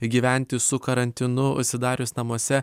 gyventi su karantinu užsidarius namuose